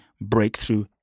Breakthrough